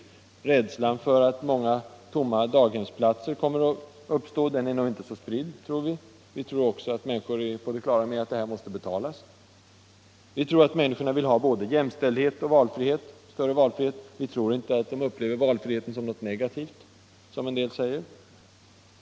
Vi tror inte att rädslan för att många daghemsplatser kommer att stå tomma är så spridd. Vi tror också att människorna är på det klara med att detta skall betalas. Vi tror att människorna vill ha både jämställdhet och större valfrihet och tror inte att de — som en del säger — upplever valfrihet som något negativt.